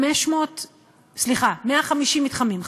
סליחה: 150 מתחמים,